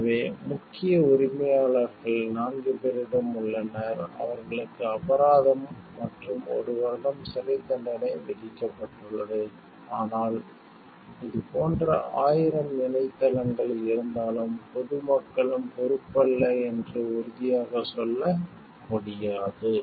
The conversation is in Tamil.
எனவே முக்கிய உரிமையாளர்கள் நான்கு பேரிடம் உள்ளனர் அவர்களுக்கு அபராதம் மற்றும் ஒரு வருடம் சிறைத்தண்டனை விதிக்கப்பட்டுள்ளது ஆனால் இதுபோன்ற 1000 இணையதளங்கள் இருந்தாலும் பொது மக்களும் பொறுப்பல்ல என்று உறுதியாகச் சொல்ல முடியாது